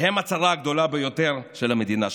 הם הצרה הגדולה ביותר של המדינה שלנו,